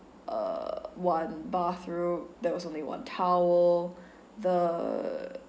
uh one bathroom there was only one towel the